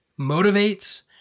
motivates